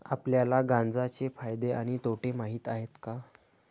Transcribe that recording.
आपल्याला गांजा चे फायदे आणि तोटे माहित आहेत का?